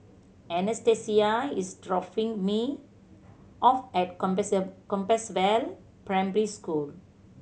Anastasia is dropping me off at Compassvale Primary School